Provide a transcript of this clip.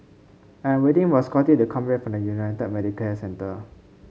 I am waiting for Scottie to come back from United Medicare Centre